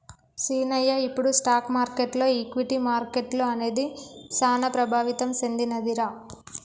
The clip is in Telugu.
సీనయ్య ఇప్పుడు స్టాక్ మార్కెటులో ఈక్విటీ మార్కెట్లు అనేది సాన ప్రభావితం సెందినదిరా